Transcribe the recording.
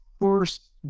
first